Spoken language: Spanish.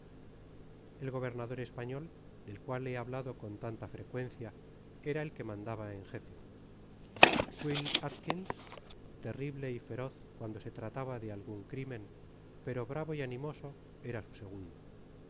el gobernador español del cual he hablado con tanta frecuencia era el que mandaba en jefe will atkins terrible y feroz cuando se trataba de algun crimen pero bravo y animoso era su segundo